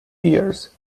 ears